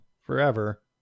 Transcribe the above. forever